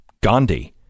Gandhi